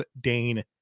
Dane